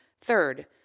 Third